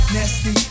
Nasty